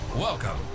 Welcome